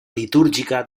litúrgica